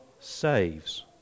saves